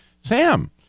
Sam